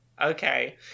Okay